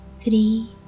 three